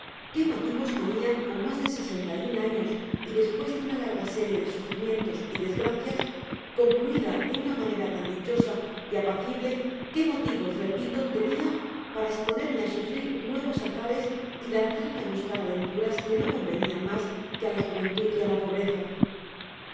qué motivos tenia con mas de sesenta y un años y dospues de una larga serie de sufri mientos y desgracias concluida de una manera tan dichosa y apacible qué motivos repito tenia para esponerme á sufrir nuevos azares y lanzarme á buscar aventuras que no convenian mas que á la juventud y á la pobreza